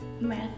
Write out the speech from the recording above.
math